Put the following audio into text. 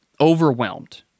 overwhelmed